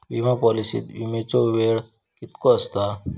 विमा पॉलिसीत विमाचो वेळ कीतको आसता?